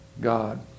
God